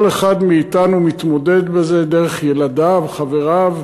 כל אחד מאתנו מתמודד בזה דרך ילדיו וחבריו.